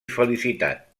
felicitat